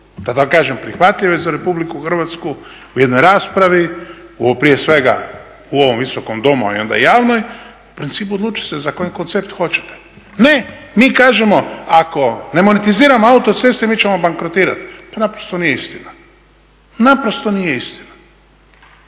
su da tako kažem prihvatljive za Republiku Hrvatsku u jednoj raspravi prije svega u ovom Visokom domu, a onda i javnoj. U principu odlučit se za koji koncept hoćete. Ne, mi kažemo ako ne monetiziramo autoceste mi ćemo bankrotirati. To naprosto nije istina. Naprosto nije istina,